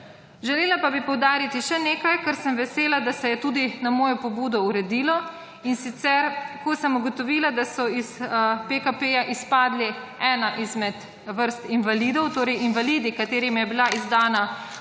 Želela pa bi poudariti še nekaj, kar sem vesela, da se je tudi na mojo pobudo uredilo. In sicer, ko sem ugotovila, da so iz PKP-ja izpadli ena izmed vrst invalidov, torej invalidi, katerim je bila izdana